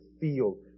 feel